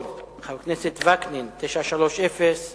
שר המשפטים ביום כ"ז בסיוון התש"ע (9 ביוני 2010):